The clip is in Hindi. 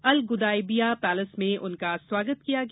अल गुदाइबिया पैलेस में उनका स्वागत किया गया